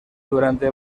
durante